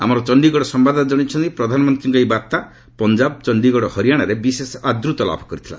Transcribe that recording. ଆମର ଚଣ୍ଡୀଗଡ଼ ସମ୍ଭାଦଦାତା ଜଣାଇଛନ୍ତି ପ୍ରଧାନମନ୍ତ୍ରୀଙ୍କ ଏହି ବାର୍ଭା ପଞ୍ଜାବ ଚଣ୍ଡୀଗଡ଼ ଓ ହରିୟାଣାରେ ବିଶେଷ ଆଦୂତ ଲାଭ କରିଥିଲା